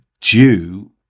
due